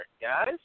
guys